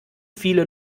viele